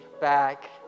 back